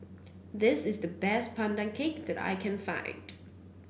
this is the best Pandan Cake that I can find